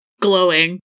glowing